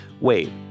wait